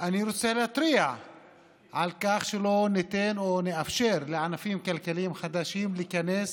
אני רוצה להתריע על כך שלא ניתן או נאפשר לענפים כלכליים חדשים להיכנס